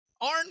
Arn